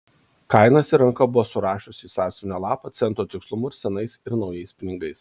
kainas ji ranka buvo surašiusi į sąsiuvinio lapą cento tikslumu ir senais ir naujais pinigais